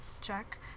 check